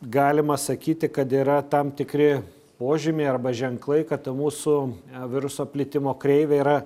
galima sakyti kad yra tam tikri požymiai arba ženklai kad mūsų viruso plitimo kreivė yra